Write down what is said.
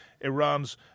Iran's